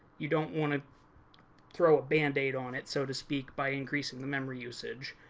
you don't want to throw a band-aid on it, so to speak, by increasing the memory usage.